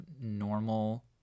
normal